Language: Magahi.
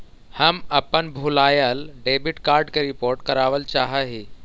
हम अपन भूलायल डेबिट कार्ड के रिपोर्ट करावल चाह ही